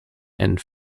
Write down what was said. and